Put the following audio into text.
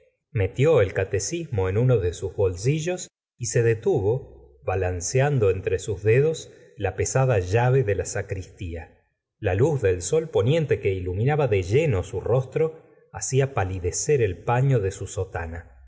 metió el catecismo en uno de sus bolsillos y se detuvo balanceando entre sus dedos la pesada llave de la sacristía la luz del sol poniente que iluminaba de lleno su rostro hacía palidecer el paño de su sotana